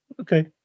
okay